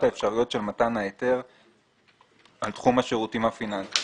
האפשריות של מתן ההיתר על תחום השירותים הפיננסיים.